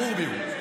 ברור מה הוא.